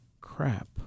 crap